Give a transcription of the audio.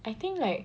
I think like